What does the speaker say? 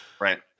right